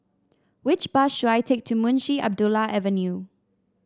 which bus should I take to Munshi Abdullah Avenue